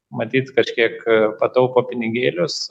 matyt kažkiek e pataupo pinigėlius